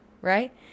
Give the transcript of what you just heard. right